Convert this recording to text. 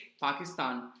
Pakistan